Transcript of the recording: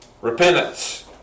Repentance